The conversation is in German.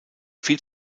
viel